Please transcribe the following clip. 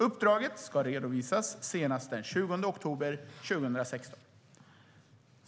Uppdraget ska redovisas senast den 20 oktober 2016.